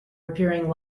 appearing